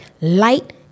light